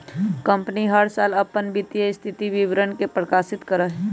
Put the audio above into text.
company हर साल अपन वित्तीय स्थिति विवरण के प्रकाशित करा हई